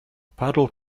paddle